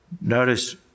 Notice